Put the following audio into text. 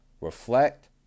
reflect